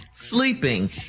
sleeping